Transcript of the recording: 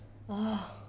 !whoa!